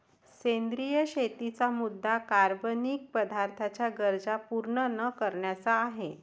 सेंद्रिय शेतीचा मुद्या कार्बनिक पदार्थांच्या गरजा पूर्ण न करण्याचा आहे